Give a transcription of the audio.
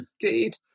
indeed